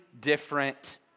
different